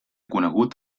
conegut